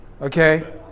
Okay